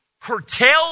curtail